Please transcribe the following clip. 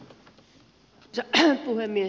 arvoisa puhemies